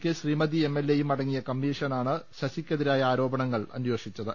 K Sreemathi MLA യും അടങ്ങിയ കമ്മീഷനാണ് ശശിക്കെതിരായ ആരോ പണം അന്വേഷിച്ചത്